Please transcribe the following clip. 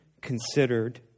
considered